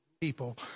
people